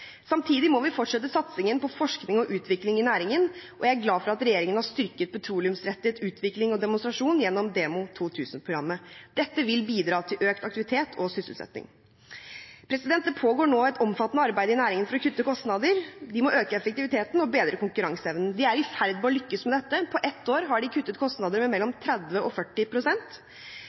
Samtidig må vi fortsette satsingen på forskning og utvikling i næringen, og jeg er glad for at regjeringen har styrket petroleumsrettet utvikling og demonstrasjon gjennom DEMO 2000-programmet. Dette vil bidra til økt aktivitet og sysselsetting. Det pågår nå et omfattende arbeid i næringen for å kutte kostnader, øke effektiviteten og bedre konkurranseevnen. De er i ferd med å lykkes med dette. På ett år har de kuttet kostnader